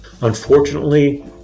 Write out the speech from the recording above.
Unfortunately